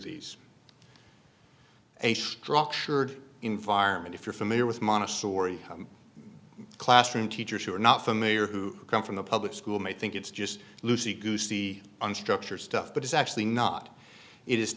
these a structured environment if you're familiar with montessori classroom teachers who are not familiar who come from the public school may think it's just lucy goosey unstructured stuff but it's actually not it is